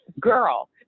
girl